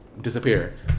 disappear